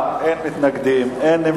בעד, 9, אין מתנגדים, אין נמנעים.